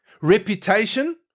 Reputation